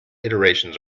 iterations